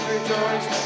Rejoice